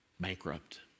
bankrupt